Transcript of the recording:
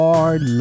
Hard